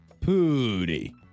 Pooty